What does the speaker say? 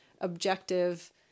objective